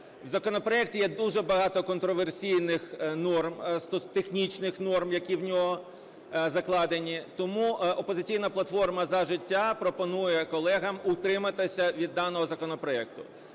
В законопроекті є дуже багато контраверсійних норм, технічних норм, які в нього закладені. Тому "Опозиційна платформ – За життя" пропонує колегам утриматися від даного законопроекту.